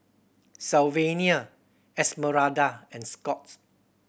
Sylvania Esmeralda and Scott